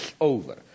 over